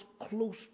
close